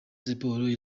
sports